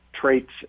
traits